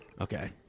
okay